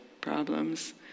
problems